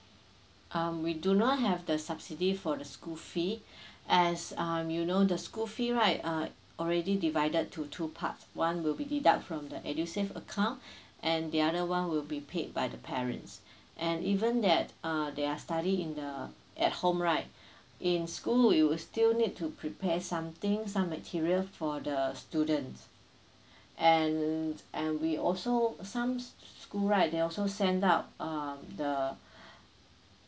um we do not have the subsidy for the school fee as um you know the school fee right uh already divided to two part one will be deduct from the edusave account and the other one will be paid by the parents and even that uh they are study in the at home right in school we will still need to prepare something some material for the students and and we also some school right they also send out um the